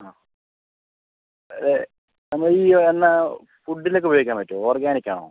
ആ അതേ നമ്മള് ഈ എണ്ണ ഫുഡിൽ ഒക്കെ ഉപയോഗിക്കാൻ പറ്റുമോ ഓർഗാനിക് ആണോ